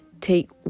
take